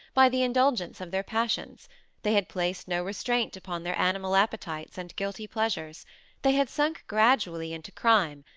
by the indulgence of their passions they had placed no restraint upon their animal appetites and guilty pleasures they had sunk gradually into crime,